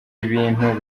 ibintu